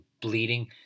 bleeding